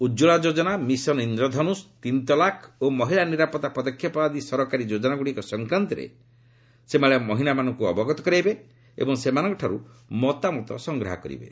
Ujjwala Yojana mission Indradhanush ତିନିତଲାକ ଓ ମହିଳା ନିରାପତ୍ତା ପଦକ୍ଷେପ ଆଦି ସରକାରୀ ଯୋଜନାଗୁଡ଼ିକ ସଂକ୍ରାନ୍ତରେ ସେମାନେ ମହିଳାମାନଙ୍କୁ ଅବଗତ କରାଇବେ ଏବଂ ସେମାନଙ୍କଠାରୁ ମତାମତ ସଂଗ୍ରହ କରିବେ